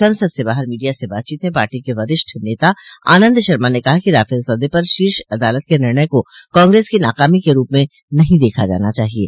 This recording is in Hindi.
संसद से बाहर मीडिया से बातचीत में पार्टी के वरिष्ठ नेता आनंद शर्मा ने कहा कि राफेल सौदे पर शीर्ष अदालत के निर्णय को कांग्रेस की नाकामी के रूप में नहीं देखा जाना चाहिये